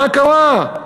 מה קרה?